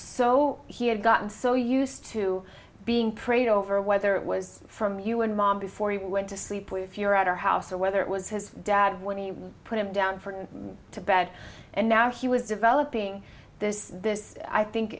so he had gotten so used to being prayed over whether it was from you and mom before he went to sleep with your at her house or whether it was his dad when you put him down for an to bed and now he was developing this this i think